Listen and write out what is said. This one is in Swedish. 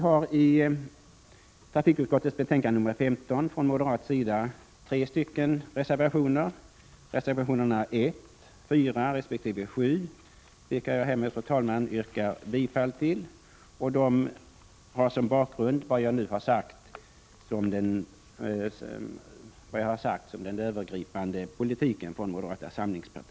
I trafikutskottets betänkande nr 15 finns tre reservationer från moderat sida, nämligen reservationerna 1, 4 och 7, vilka jag härmed, fru talman, yrkar bifall till. De har som bakgrund moderata samlingspartiets övergripande politik på detta område, som jag nu redogjort för.